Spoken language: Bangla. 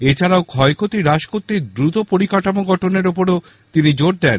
এছাড়াও ক্ষয়ক্ষতি হ্রাস করতে দ্রুত পরিকাঠামো গঠনের ওপর তিনি জোর দেন